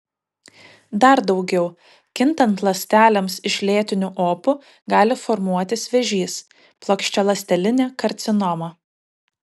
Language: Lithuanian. dar daugiau kintant ląstelėms iš lėtinių opų gali formuotis vėžys plokščialąstelinė karcinoma